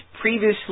Previously